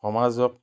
সমাজত